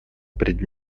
пред